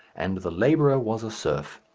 and the labourer was a serf.